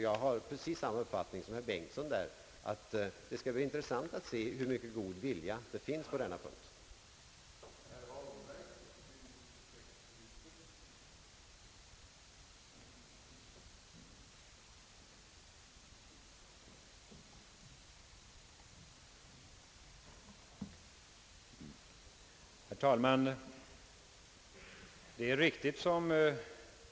Jag har samma uppfattning som herr Bengtson, att det skall bli intressant att se hur pass god vilja det finns inom regeringen på den punkten.